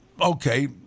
Okay